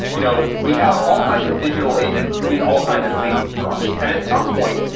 you know we have all kinds of digital agents doing all kinds of things for us. and at some point,